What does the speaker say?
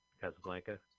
Casablanca